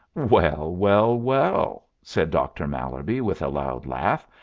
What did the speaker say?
well, well, well! said doctor mallerby, with a loud laugh,